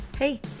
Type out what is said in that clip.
Hey